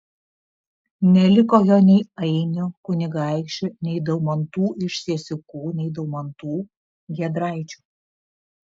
neliko jo nei ainių kunigaikščių nei daumantų iš siesikų nei daumantų giedraičių